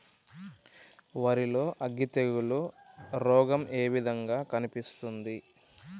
వరి లో అగ్గి తెగులు రోగం ఏ విధంగా కనిపిస్తుంది?